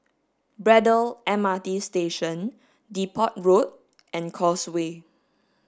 Braddell M R T Station Depot Road and Causeway